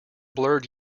blurred